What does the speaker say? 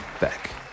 back